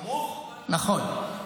נכון.